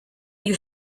you